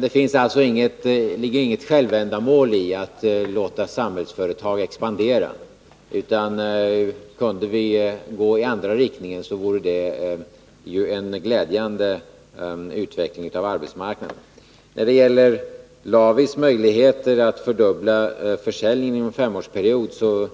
Det ligger alltså inget självändamål i att låta Samhällsföretag expandera. Kunde vi gå i den andra riktningen, så vore det ju en glädjande utveckling av arbetsmarknaden. När det gäller LAVI:s möjligheter att fördubbla försäljningen inom en femårsperiod, vill jag säga att